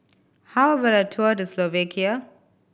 how about a tour Slovakia